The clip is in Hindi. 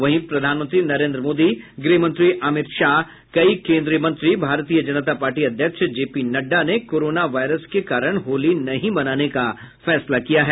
श्री प्रधानमंत्री नरेन्द्र मोदी गृह मंत्री अमित शाह कई केन्द्रीय मंत्री भारतीय जनता पार्टी अध्यक्ष जेपी नड्डा ने कोरोना वायरस के कारण होली नहीं मनाने का फैसला किया है